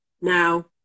Now